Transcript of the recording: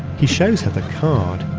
he shows her the card.